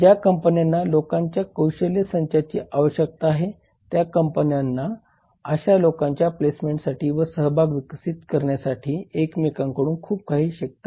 ज्या कंपन्यांना लोकांच्या कौशल्य संचांची आवश्यकता आहे त्या कंपन्या अशा लोकांच्या प्लेसमेंटसाठी व सहभागी विकसित करण्यासाठी एकमेकांकडून खूप काही शिकतात